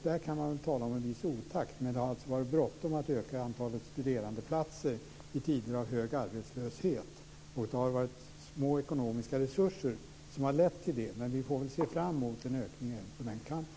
Där kan man väl tala om en viss otakt, men det har alltså varit bråttom att öka antalet studerandeplatser i tider av hög arbetslöshet. Det har varit små ekonomiska resurser som har lett till det. Men vi får väl se fram emot en ökning på den kanten.